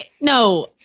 No